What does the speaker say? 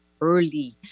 early